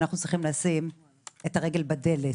אנחנו צריכים לשים את הרגל בדלת.